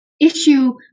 issue